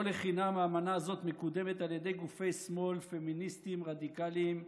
לא לחינם האמנה הזאת מקודמת על ידי גופי שמאל פמיניסטיים רדיקליים,